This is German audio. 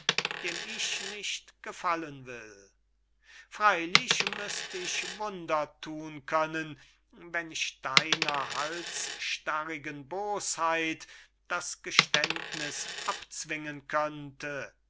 dem ich nicht gefallen will freylich müßt ich wunder thun können wenn ich deiner halsstarrigen bosheit das geständniß abzwingen könnte